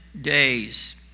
days